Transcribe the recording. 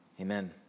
Amen